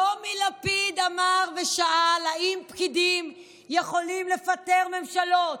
טומי לפיד אמר ושאל האם פקידים יכולים לפטר ממשלות,